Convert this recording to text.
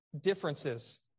differences